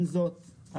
עם זאת,